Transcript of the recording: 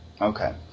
Okay